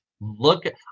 look